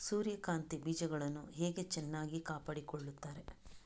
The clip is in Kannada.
ಸೂರ್ಯಕಾಂತಿ ಬೀಜಗಳನ್ನು ಹೇಗೆ ಚೆನ್ನಾಗಿ ಕಾಪಾಡಿಕೊಳ್ತಾರೆ?